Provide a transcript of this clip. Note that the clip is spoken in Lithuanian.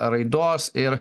raidos ir